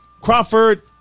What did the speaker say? Crawford